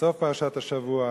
בסוף פרשת השבוע,